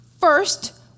First